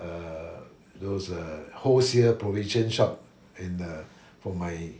err those err wholesale provision shop and err for my